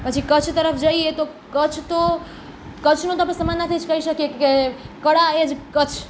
પછી કચ્છ તરફ જઈએ તો કચ્છ તો કચ્છનું તો આપણે સમાનાર્થી જ કઈ શકીએ કે કળા એજ કચ્છ